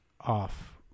off